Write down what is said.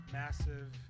massive